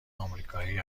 آمریکایی